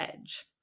edge